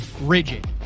rigid